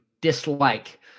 dislike